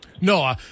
No